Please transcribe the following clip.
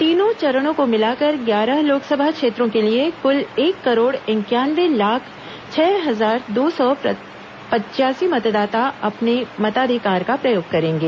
तीनों चरणों को मिलाकर ग्यारह लोकसभा क्षेत्रों के लिए क्ल एक करोड़ इंक्यानवे लाख छह हजार दो सौ पच्यासी मतदाता अपने मताधिकार का प्रयोग करेंगे